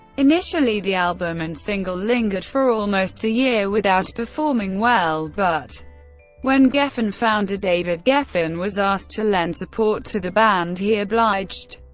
initially, the album and single lingered for almost a year without performing well, but when geffen founder david geffen was asked to lend support to the band, he obliged,